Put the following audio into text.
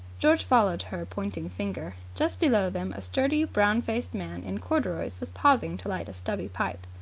george followed her pointing finger. just below them a sturdy, brown-faced man in corduroys was pausing to light a stubby pipe.